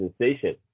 sensation